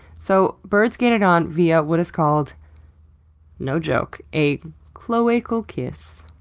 so birds get it on via what is called no joke a cloacal kiss.